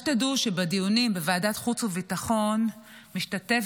אני רוצה שתדעו שבדיונים בוועדת החוץ והביטחון משתתף